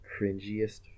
cringiest